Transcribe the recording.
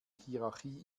hierarchie